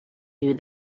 you